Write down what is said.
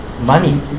money